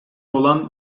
olan